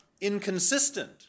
inconsistent